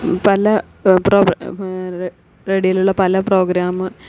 പല റേഡിയോയിലുള്ള പല പ്രോഗ്രാമ്